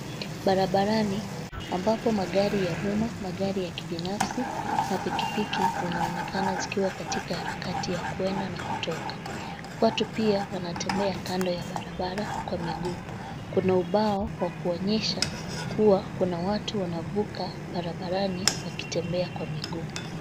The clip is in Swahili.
Barabarani, ambapo magari ya umma, magari ya kibinafsi na pikipiki, zinaonekana zikiwa katika harakati ya kwenda na kutoka. Watu pia wanatembea kando ya barabara kwa miguu. Kuna ubao wa kuonyesha kuwa kuna watu wanavuka barabarani wakitembea kwa miguu.